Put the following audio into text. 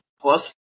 Plus